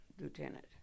lieutenant